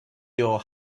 your